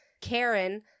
Karen